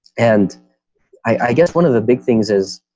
and i guess one of the big things is,